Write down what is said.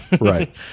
right